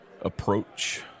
approach